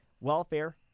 Welfare